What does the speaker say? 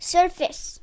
Surface